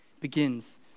begins